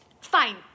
fine